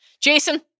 Jason